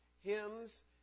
hymns